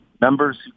members